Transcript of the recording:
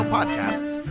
Podcasts